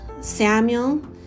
Samuel